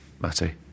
Matty